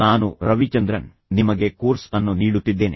ನಾನು ರವಿಚಂದ್ರನ್ ನಾನು ನಿಮಗೆ ಕೋರ್ಸ್ ಅನ್ನು ನೀಡುತ್ತಿದ್ದೇನೆ